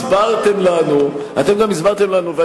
אתה סתם ממציא, ובסוף גם תאמין במה שאתה אומר.